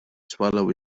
swallow